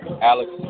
Alex